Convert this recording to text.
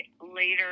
later